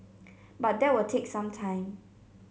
but that will take some time